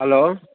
hello